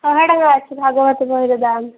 ଶହେ ଟଙ୍କା ଅଛି ଭାଗବତ ବହିର ଦାମ୍